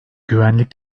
güvenlik